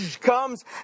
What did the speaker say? comes